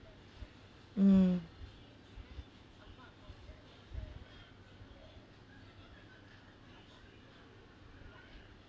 mm